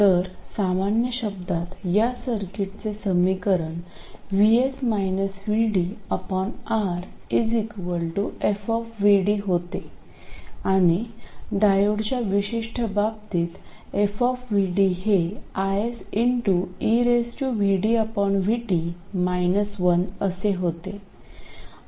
तर सामान्य शब्दांत या सर्किटचे समीकरण R f होते आणि डायोडच्या विशिष्ट बाबतीत f हे IS असे होते